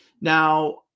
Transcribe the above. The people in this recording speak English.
Now